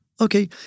Okay